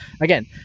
Again